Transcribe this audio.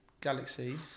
Galaxy